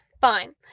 Fine